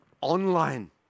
Online